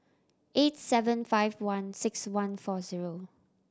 eight seven five one six one four zero